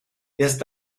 erst